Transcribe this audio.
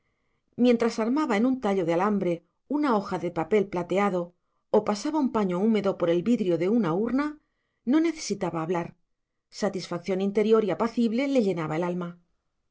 mientras armaba en un tallo de alambre una hoja de papel plateado o pasaba un paño húmedo por el vidrio de una urna no necesitaba hablar satisfacción interior y apacible le llenaba el alma